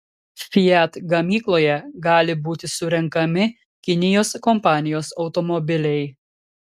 fiat gamykloje gali būti surenkami kinijos kompanijos automobiliai